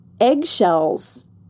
eggshells